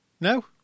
No